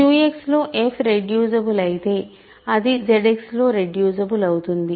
QX లో f reducible అయితే అది ZX లో రెడ్యూసిబుల్ అవుతుంది